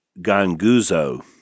ganguzo